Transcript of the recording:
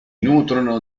nutrono